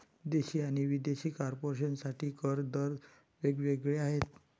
देशी आणि विदेशी कॉर्पोरेशन साठी कर दर वेग वेगळे आहेत